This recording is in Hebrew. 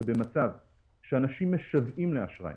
במצב שאנשים משוועים לאשראי